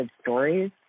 stories